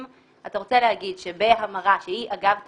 אם אתה רוצה להגיד שבהמרה שהיא אגב תשלום,